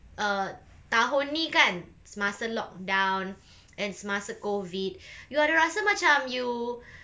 err tahun ni kan semasa lockdown uh semasa COVID you ada rasa macam you